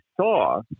saw